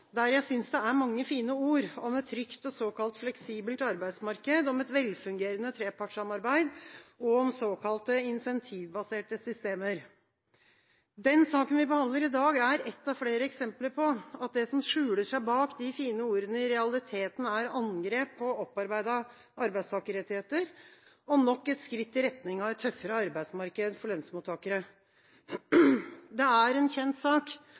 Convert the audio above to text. der jeg synes det er mange fine ord – om et trygt og såkalt fleksibelt arbeidsmarked, om et velfungerende trepartssamarbeid og om såkalte insentivbaserte systemer. Den saken vi behandler i dag, er et av flere eksempler på at det som skjuler seg bak de fine ordene, i realiteten er angrep på opparbeidede arbeidstakerrettigheter og nok et skritt i retning av et tøffere arbeidsmarked for lønnsmottakere. Det er en kjent sak